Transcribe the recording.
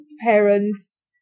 parents